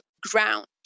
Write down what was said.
ground